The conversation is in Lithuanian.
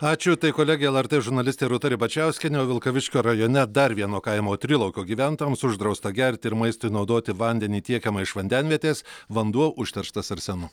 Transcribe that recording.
ačiū tai kolegė lrt žurnalistė rūta ribačiauskienė o vilkaviškio rajone dar vieno kaimo trilaukio gyventojams uždrausta gerti ir maistui naudoti vandenį tiekiamą iš vandenvietės vanduo užterštas arsenu